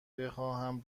بخواهم